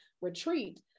retreat